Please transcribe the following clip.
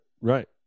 right